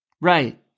Right